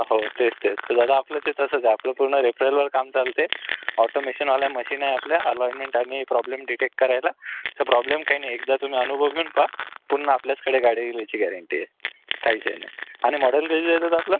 हो तेच तेच तर दादा आपलं ते तसंच आहे आपलं पूर्ण रेफरलवर काम चालते ऑटोमेशनवाल्या मशीन आहे आपल्या अलाईनमेंट आणि प्रॉब्लेम डिटेक्ट करायला तर प्रॉब्लेम काही नाही एकदा तुम्ही अनुभव घेऊन पहा पुन्हा आपल्याचकडे गाड्या येईल याची गॅरंटी आहे काहीच हे नाही आणि मॉडेल कधीचं आहे दादा आपलं